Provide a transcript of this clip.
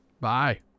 Bye